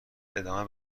ادامه